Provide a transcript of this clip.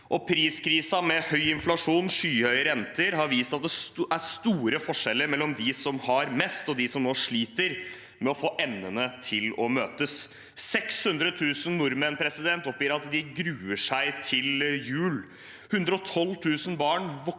priskrisen med høy inflasjon og skyhøye renter har vist at det er store forskjeller mellom dem som har mest, og dem som nå sliter med å få endene til å møtes. Det er 600 000 nordmenn som oppgir at de gruer seg til jul. Det er 112 000 barn